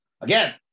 Again